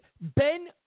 Ben